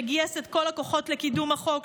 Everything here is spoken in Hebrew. שגייס את כל הכוחות לקידום החוק,